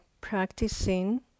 practicing